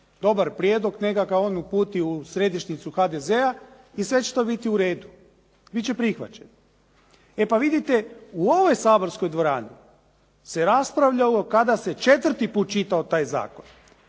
dobar prijedlog neka ga on uputi u središnjicu HDZ-a i sve će to biti u redu, bit će prihvaćen. E pa vidite, u ovoj saborskoj dvorani se raspravljalo kada se 4. put čitao taj zakon